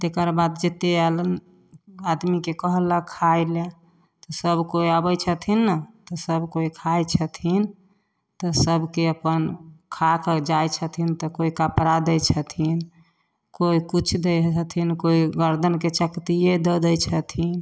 तकर बाद जतेक आएल आदमीके कहलक खाइलए तऽ सभ कोइ अबै छथिन ने तऽ सभ कोइ खाइ छथिन तऽ सभके अपन खाके जाइ छथिन तऽ कोइ कपड़ा दै छथिन कोइ किछु दै हथिन कोइ गरदनिके चकतिए दऽ दै छथिन